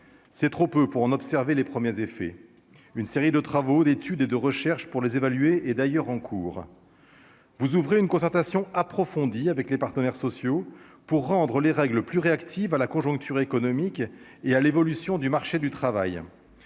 c'est trop peu pour en observer les premiers effets une série de travaux d'études et de recherches pour les évaluer, et d'ailleurs en cours, vous ouvrez une concertation approfondie avec les partenaires sociaux pour rendre les règles plus réactive à la conjoncture économique et à l'évolution du marché du travail,